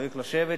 צריך לשבת,